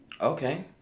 okay